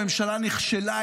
הממשלה נכשלה,